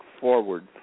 forward